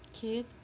kid